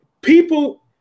people